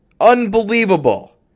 Unbelievable